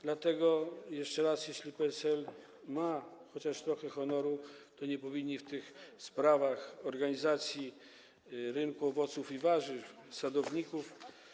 Dlatego jeszcze raz mówię: jeśli PSL ma chociaż trochę honoru, to nie powinno zabierać głosu w sprawach organizacji rynku owoców i warzyw, sadowników.